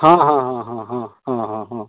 ହଁ ହଁ ହଁ ହଁ ହଁ ହଁ ହଁ ହଁ